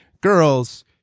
girls